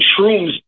shrooms